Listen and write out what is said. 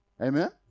Amen